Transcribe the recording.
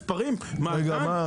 מספרים --- רגע,